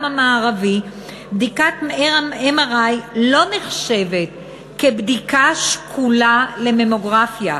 המערבי בדיקת MRI לא נחשבת לבדיקה שקולה לממוגרפיה,